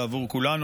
ועבור כולנו,